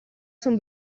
sono